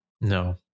No